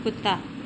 कुत्ता